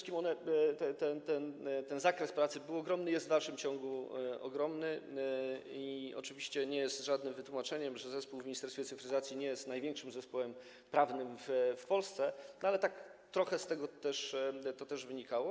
Ten zakres pracy był ogromny i jest w dalszym ciągu ogromny i oczywiście nie jest żadnym wytłumaczeniem, że zespół w Ministerstwie Cyfryzacji nie jest największym zespołem prawnym w Polsce, ale też to trochę z tego wynikało.